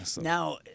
Now